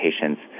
patients